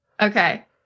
okay